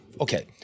Okay